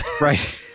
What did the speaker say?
Right